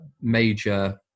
major